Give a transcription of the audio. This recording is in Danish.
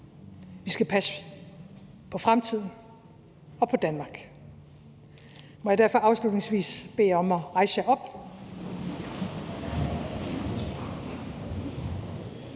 Vi skal passe på fremtiden – og på Danmark. Må jeg derfor afslutningsvis bede jer om at rejse jer op: